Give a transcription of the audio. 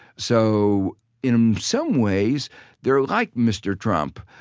so in some ways they're like mr. trump.